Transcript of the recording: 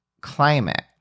climate